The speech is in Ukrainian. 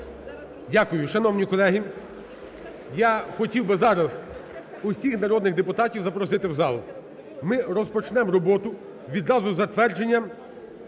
Дякую. Шановні колеги, я хотів би зараз усіх народних депутатів запросити в зал. Ми розпочнемо роботу відразу затвердженням